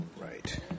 Right